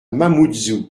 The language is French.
mamoudzou